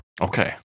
Okay